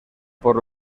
por